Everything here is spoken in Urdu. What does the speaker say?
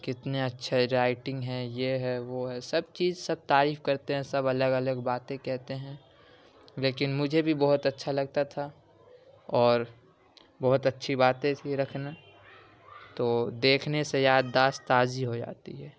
کتنی اچھی رائٹنگ ہے یہ ہے وہ ہے سب چیز سب تعریف کرتے ہیں سب الگ الگ باتیں کہتے ہیں لیکن مجھے بھی بہت اچھا لگتا تھا اور بہت اچھی بات ہے اس کے رکھنا تو دیکھنے سے یاد داست تازی ہو جاتی ہے